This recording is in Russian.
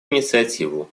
инициативу